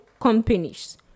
companies